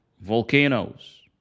volcanoes